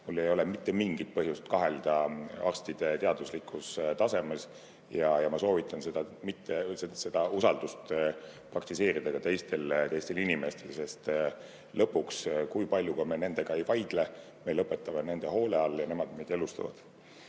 Mul ei ole mitte mingit põhjust kahelda arstide teaduslikus tasemes ja ma soovitan seda usaldust praktiseerida ka teistel inimestel, sest lõpuks, kui palju me nendega ka ei vaidle, me lõpetame nende hoole all ja nemad meid elustavad. Ma